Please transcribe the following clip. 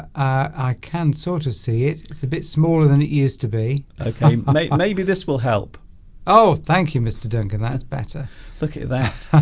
i can sort of see it it's a bit smaller than it used to be okay mate maybe this will help oh thank you mr. duncan that's better look at that